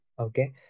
okay